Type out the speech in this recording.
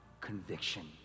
conviction